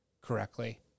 correctly